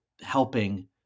helping